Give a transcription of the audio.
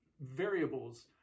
variables